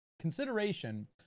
consideration